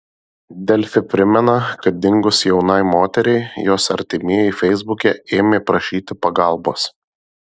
delfi primena kad dingus jaunai moteriai jos artimieji feisbuke ėmė prašyti pagalbos